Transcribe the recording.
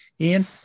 Ian